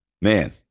man